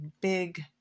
big